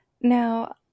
Now